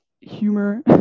humor